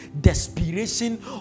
desperation